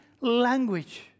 language